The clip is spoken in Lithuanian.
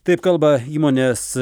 taip kalba įmonės